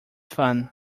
fun